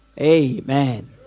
Amen